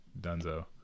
Dunzo